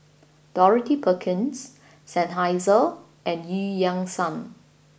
Dorothy Perkins Seinheiser and Eu Yan Sang